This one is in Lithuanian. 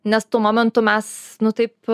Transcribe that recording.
nes tuo momentu mes taip